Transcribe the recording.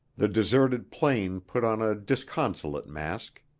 the deserted plain put on a disconsolate mask.